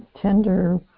tender